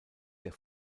der